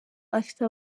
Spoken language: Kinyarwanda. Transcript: afite